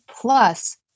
plus